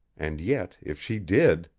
and yet if she did